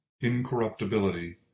incorruptibility